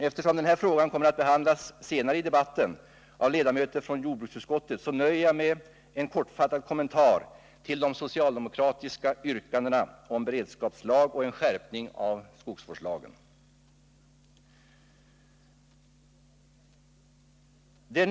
Eftersom denna fråga kommer att behandlas senare i debatten av Nr U:6 ledamöter från jordbruksutskottet nöjer jag mig med en kortfattad kommentar till de socialdemokratiska yrkandena om en beredskapslag och om en skärpning av skogsvårdslagen.